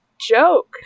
joke